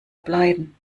bleiben